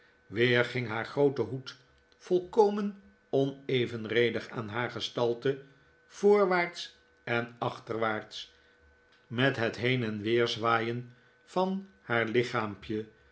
weer ging haar groote hoed volkomen onevenredig aan haar gestalte voorwaarts en achterwaarts met het heen en weer zwaaien van haar lichaampje